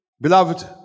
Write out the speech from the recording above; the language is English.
Beloved